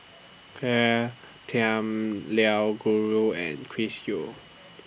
Claire Tham Liao Gru and Chris Yeo